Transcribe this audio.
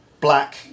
black